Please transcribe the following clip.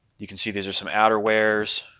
you can see these are some outer wears